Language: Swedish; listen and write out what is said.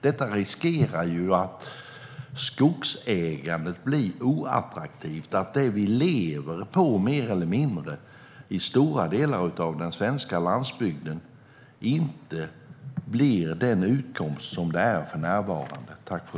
Det riskerar att skogsägandet blir oattraktivt och att det vi mer eller mindre lever på i stora delar av den svenska landsbygden inte blir den utkomst som det för närvarande är.